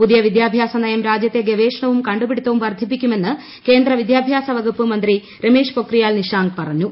പുതിയ വിദ്യാഭ്യാസനയം ശ്രീർജ്യത്തെ ഗവേഷണവും കണ്ടുപിടുത്തവും വർധിപ്പിക്കുമെന്ന് കേന്ദ്ര വിദ്യാഭ്യാസ വകുപ്പ് മന്ത്രി രമേശ് പൊക്രിയാൽ നിഷാങ്ക് പറഞ്ഞു